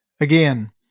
Again